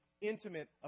intimate